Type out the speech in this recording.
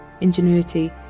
ingenuity